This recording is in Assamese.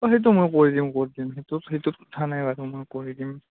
অঁ সেইটো মই কৰি দিম ক'ত নিম সেইটো সেইটোত কথা নাই বাৰু মই কৰি দিম